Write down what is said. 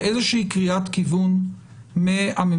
לאיזושהי קריאת כיוון מהממשלה,